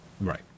Right